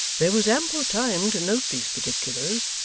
there was ample time to note these particulars,